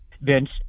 Vince